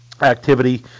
activity